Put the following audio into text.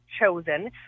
chosen